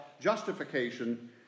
justification